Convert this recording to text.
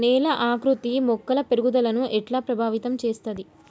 నేల ఆకృతి మొక్కల పెరుగుదలను ఎట్లా ప్రభావితం చేస్తది?